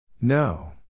No